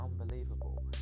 unbelievable